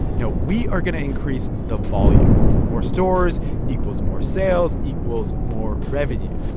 no, we are going to increase the volume more stores equals more sales equals more revenue.